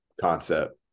concept